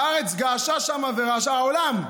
הארץ געשה שם ורעש העולם.